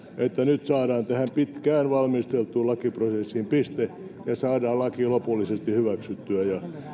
että nyt saadaan tähän pitkään valmisteltuun lakiprosessiin piste ja saadaan laki lopullisesti hyväksyttyä